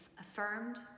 affirmed